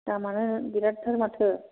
दामआनो बिरातथार माथो